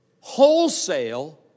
wholesale